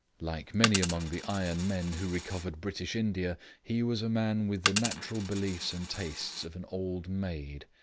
like many among the iron men who recovered british india, he was a man with the natural beliefs and tastes of an old maid.